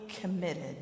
committed